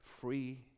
free